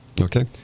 okay